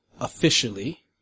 officially